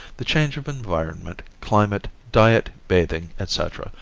the change of environment, climate, diet, bathing, etc,